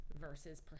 versus